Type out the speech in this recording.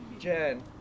Jen